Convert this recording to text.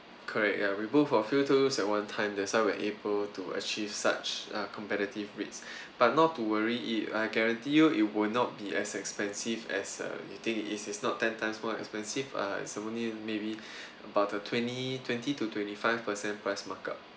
correct ya we move a few at one time tours that's why we're able to achieve such a competitive rates but not to worry it I guarantee you it will not be as expensive as uh it is not ten times more expensive uh it's only maybe about to twenty twenty to twenty-five per cent price markup